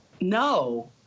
no